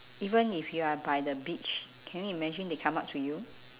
even if you are by the beach can you imagine they come up to you